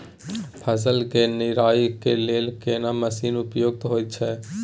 फसल के निराई के लेल केना मसीन उपयुक्त होयत छै?